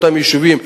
אותם יישובים,